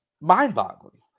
mind-boggling